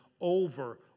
over